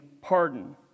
pardon